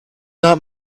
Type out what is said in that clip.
not